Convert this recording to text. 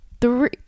three